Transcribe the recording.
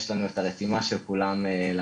יש לנו את הרתימה של כולם למהלך.